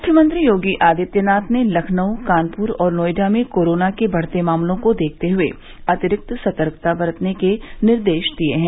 मुख्यमंत्री योगी आदित्यनाथ ने लखनऊ कानपुर और नोएडा में कोरोना के बढ़ते मामलों को देखते हुए अतिरिक्त सतर्कता बरतने के निर्देश दिए हैं